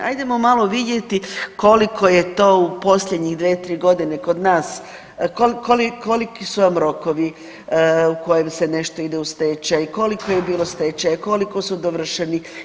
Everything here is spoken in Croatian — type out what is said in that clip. Hajdemo malo vidjeti koliko je to u posljednje dvije, tri godine kod nas, koliki su vam rokovi u kojem se nešto ide u stečaj, koliko je bilo stečaja, koliko su dovršeni.